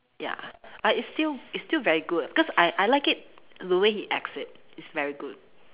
ya but it's still it's still very good cause I I like it the way he acts it it's very good